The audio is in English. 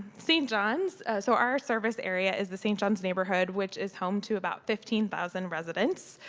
st. john's, so our service area is the st. john's neighborhood, which is home to about fifteen thousand residents.